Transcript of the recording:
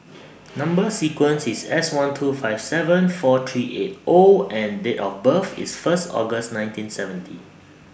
Number sequence IS S one two five seven four three eight O and Date of birth IS First August nineteen seventy